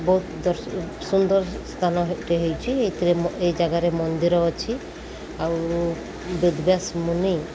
ବହୁତ ଦ ସୁନ୍ଦର ସ୍ଥାନ ଗୋଟେ ହେଇଛି ଏଥିରେ ଏଇ ଜାଗାରେ ମନ୍ଦିର ଅଛି ଆଉ ବେଦବ୍ୟାସ ମୁନି